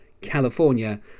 California